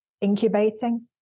incubating